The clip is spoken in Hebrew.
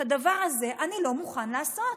את הדבר הזה אני לא מוכן לעשות,